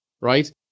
right